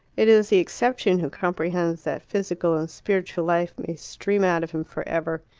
it is the exception who comprehends that physical and spiritual life may stream out of him for ever.